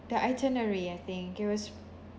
the itinerary I think it was